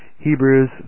Hebrews